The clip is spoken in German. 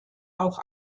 auch